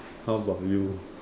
how about you